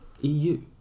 EU